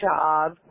job